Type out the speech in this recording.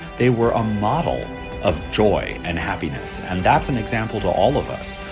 they were a model of joy and happiness and that's an example to all of us.